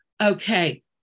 Okay